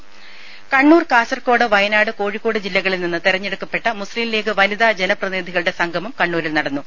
രുര കണ്ണൂർ കാസർഗോഡ് വയനാട് കോഴിക്കോട് ജില്ലകളിൽ നിന്ന് തെരഞ്ഞെടുക്കപ്പെട്ട മുസ്ലിം ലീഗ് വനിതാ ജനപ്രതിനിധികളുടെ സംഗമം കണ്ണൂരിൽ നടന്നു